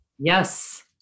Yes